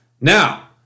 Now